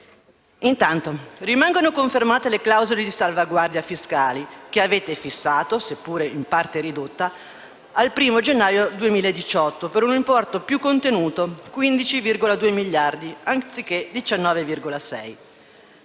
Intanto rimangono confermate le clausole di salvaguardia fiscali che avete fissato, seppure in parte ridotta, al 1° gennaio 2018, per un importo più contenuto di 15,2 miliardi anziché 19,6.